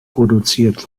produziert